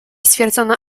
stwierdzono